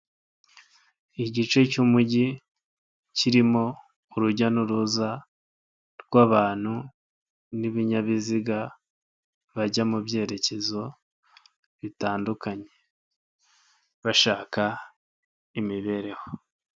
Igice cy'umujyi kirimo urujya n'uruza rw'abantu n'ibinyabiziga bajya mu byerekezo bitandukanye bashaka imibereho.